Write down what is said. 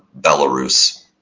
Belarus